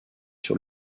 sur